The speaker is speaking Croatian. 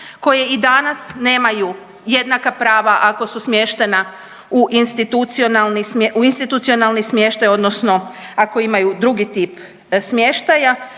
koji i danas nemaju jednaka prava ako su smještena u institucionalni, u institucionalni smještaj odnosno ako imaju drugi tip smještaja.